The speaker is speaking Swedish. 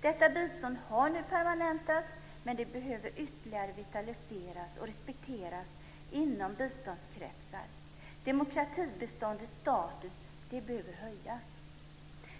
Detta bistånd har nu permanentats, men det behöver ytterligare vitaliseras och respekteras i biståndskretsar. Demokratibiståndets status behöver höjas.